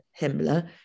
Himmler